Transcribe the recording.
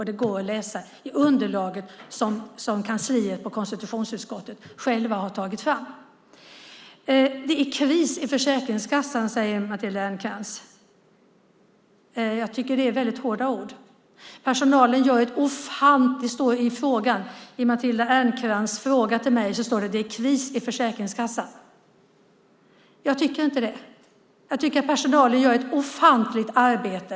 Det går att läsa i underlaget som kansliet på konstitutionsutskottet själva har tagit fram. Det är kris i Försäkringskassan, säger Matilda Ernkrans. Jag tycker att det är väldigt hårda ord. Det står i Matilda Ernkrans interpellation till mig: Det är kris i Försäkringskassan. Jag tycker inte det. Jag tycker att personalen gör ett ofantligt arbete.